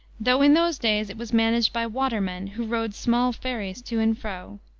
though in those days it was managed by watermen, who rowed small wherries to and fro.